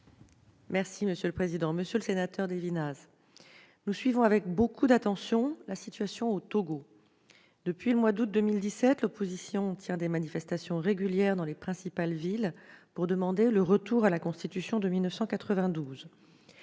Monsieur le sénateur Gilbert-Luc Devinaz, nous suivons avec beaucoup d'attention la situation au Togo. Depuis le mois d'août 2017, l'opposition tient des manifestations régulières dans les principales villes pour demander le retour à la Constitution de 1992.